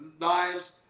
knives